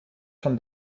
from